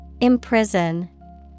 Imprison